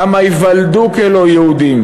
כמה ייוולדו כלא יהודים,